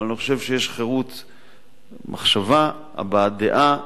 אני חושב שיש חירות מחשבה, הבעת דעה,